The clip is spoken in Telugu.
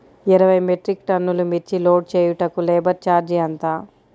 ఇరవై మెట్రిక్ టన్నులు మిర్చి లోడ్ చేయుటకు లేబర్ ఛార్జ్ ఎంత?